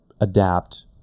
adapt